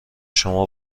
شما